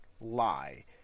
lie